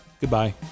Goodbye